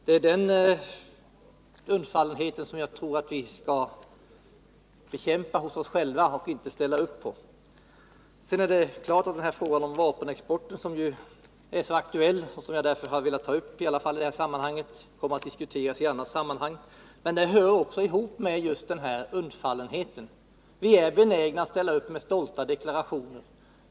En sådan undfallenhet hos oss själva bör vi bekämpa och inte ställa upp på. Det är riktigt att frågan om vapenexporten — som jag velat ta upp eftersom den är så aktuell — kommer att diskuteras i annat sammanhang. Men den hör också ihop med just den här undfallenheten. Vi är benägna att ställa upp med stolta deklarationer.